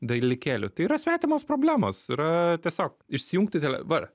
dalykėlių tai yra svetimos problemos yra tiesiog išsijungti te va